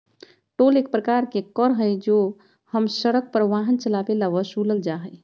toll एक प्रकार के कर हई जो हम सड़क पर वाहन चलावे ला वसूलल जाहई